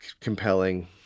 compelling